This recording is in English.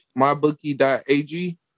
MyBookie.ag